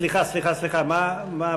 סליחה, סליחה, סליחה, מה הבעיה?